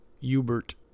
Hubert